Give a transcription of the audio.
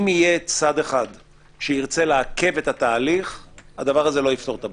אם יהיה צד אחד שירצה לעכב את התהליך הדבר הזה לא יפתור את הבעיה.